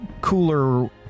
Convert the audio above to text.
cooler